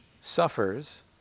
suffers